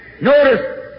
Notice